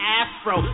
afro